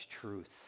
truth